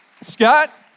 Scott